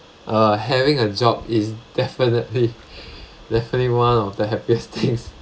uh having a job is definitely definitely one of the happiest things